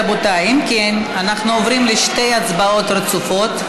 רבותיי, אם כן, אנחנו עוברים לשתי הצבעות רצופות.